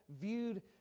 viewed